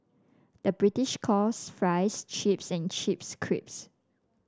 the British calls fries chips and chips crisps